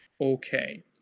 Okay